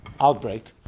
outbreak